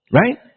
right